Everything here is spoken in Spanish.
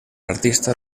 artista